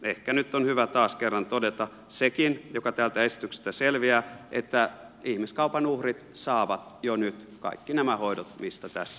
ehkä nyt on hyvä taas kerran todeta sekin joka täältä esityksestä selviää että ihmiskaupan uhrit saavat jo nyt kaikki nämä hoidot mistä tässä puhutaan